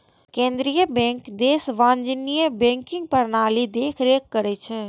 केंद्रीय बैंक देशक वाणिज्यिक बैंकिंग प्रणालीक देखरेख करै छै